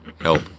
help